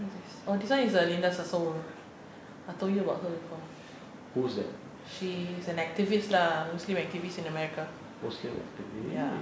oh this one is err linda sasour I told you about her she's an activist lah muslim activist in america